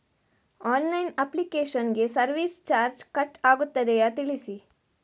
Online application ಗೆ service charge cut ಆಗುತ್ತದೆಯಾ ತಿಳಿಸಿ?